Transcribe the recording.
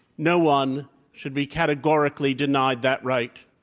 no one should be categorically denied that right.